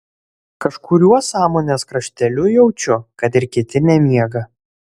kažkuriuo sąmonės krašteliu jaučiu kad ir kiti nemiega